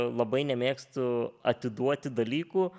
labai nemėgstu atiduoti dalykų